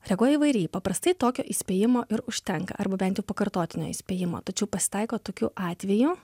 reaguoja įvairiai paprastai tokio įspėjimo ir užtenka arba bent jau pakartotinio įspėjimo tačiau pasitaiko tokių atvejų